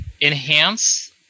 enhance